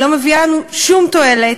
היא לא מביאה לנו שום תועלת,